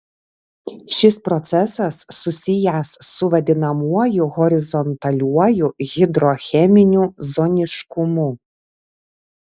šis procesas susijęs su vadinamuoju horizontaliuoju hidrocheminiu zoniškumu